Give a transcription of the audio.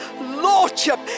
Lordship